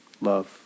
love